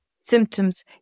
symptoms